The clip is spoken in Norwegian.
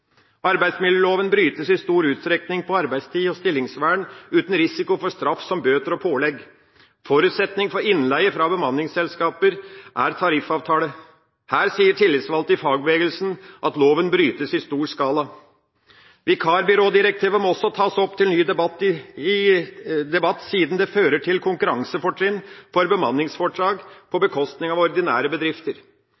Arbeidsmiljøloven brytes i stor utstrekning når det gjelder arbeidstid og stillingsvern, uten risiko for straff som bøter og pålegg. Forutsetning for innleie fra bemanningsselskaper er tariffavtale. Her sier tillitsvalgte i fagbevegelsen at loven brytes i stor skala. Vikarbyrådirektivet må også tas opp til ny debatt siden det fører til konkurransefortrinn for bemanningsforetak på